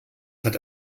hat